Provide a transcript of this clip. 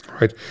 right